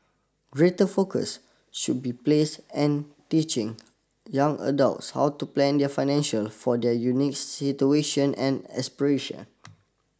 greater focus should be placed and teaching young adults how to plan their financial for their unique situation and aspiration